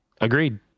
Agreed